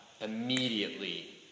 immediately